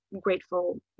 grateful